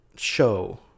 show